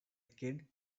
kid